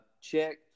check